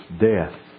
death